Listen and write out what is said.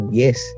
yes